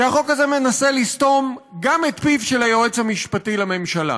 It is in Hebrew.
כי החוק הזה מנסה לסתום גם את פיו של היועץ המשפטי לממשלה.